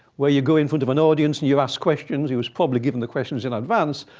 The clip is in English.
where you go in front of an audience and you ask questions. he was probably given the questions in advance,